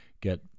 get